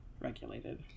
regulated